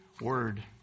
word